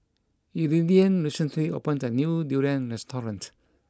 Iridian recently opened a new Durian restaurant